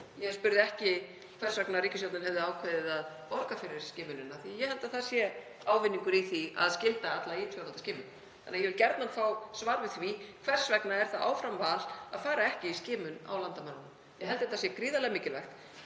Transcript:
Ég spurði ekki hvers vegna ríkisstjórnin hefði ákveðið að borga fyrir skimunina. Ég held að það sé ávinningur í því að skylda alla í tvöfalda skimun og ég vil gjarnan fá svar við því: Hvers vegna er það áfram val að fara ekki í skimun á landamærunum? Ég held að það sé gríðarlega mikilvægt,